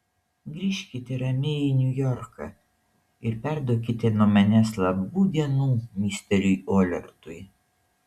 grįžkite ramiai į niujorką ir perduokite nuo manęs labų dienų misteriui olertui